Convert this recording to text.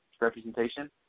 representation